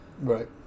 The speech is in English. Right